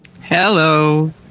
Hello